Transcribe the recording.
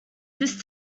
this